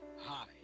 Hi